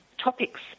topics